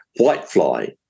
whitefly